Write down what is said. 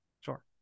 Sure